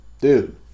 dude